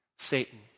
satan